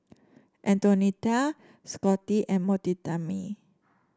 Antonetta Scotty and Mortimer